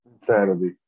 Insanity